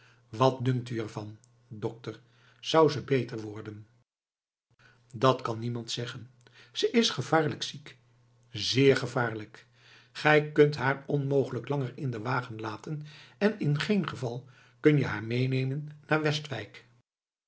wat dunkt u er van dokter zou ze beter worden dat kan niemand zeggen ze is gevaarlijk ziek zeer gevaarlijk gij kunt haar onmogelijk langer in den wagen laten en in geen geval kun je haar meenemen naar westwijk